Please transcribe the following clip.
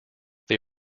they